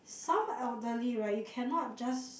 some elderly right you cannot just